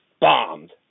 Bombed